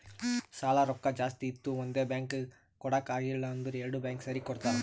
ಸಾಲಾ ರೊಕ್ಕಾ ಜಾಸ್ತಿ ಇತ್ತು ಒಂದೇ ಬ್ಯಾಂಕ್ಗ್ ಕೊಡಾಕ್ ಆಗಿಲ್ಲಾ ಅಂದುರ್ ಎರಡು ಬ್ಯಾಂಕ್ ಸೇರಿ ಕೊಡ್ತಾರ